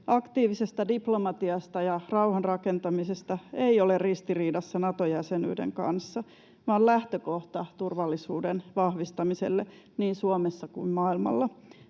aktiivisesta diplomatiasta ja rauhan rakentamisesta ei ole ristiriidassa Nato-jäsenyyden kanssa vaan lähtökohta turvallisuuden vahvistamiselle niin Suomessa kuin maailmalla.